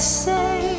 say